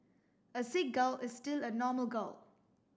a sick gal is still a normal gal